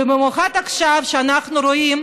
במיוחד עכשיו, כשאנחנו רואים